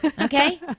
okay